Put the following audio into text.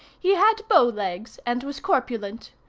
he had bow-legs and was corpulent.